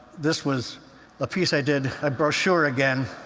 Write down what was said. this was a piece i did a brochure again